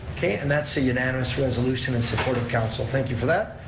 okay, and that's a unanimous resolution and support of council, thank you for that.